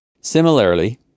Similarly